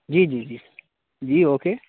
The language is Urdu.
جی جی جی جی اوکے